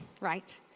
right